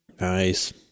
Nice